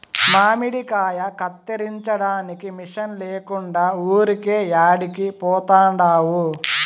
మామిడికాయ కత్తిరించడానికి మిషన్ లేకుండా ఊరికే యాడికి పోతండావు